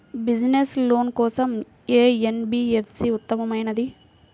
Business loan కోసం ఏ NBFC ఉత్తమమైనది?